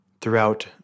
throughout